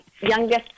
youngest